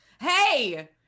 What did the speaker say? hey